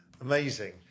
Amazing